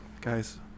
guys